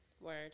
Word